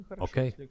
Okay